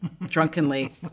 drunkenly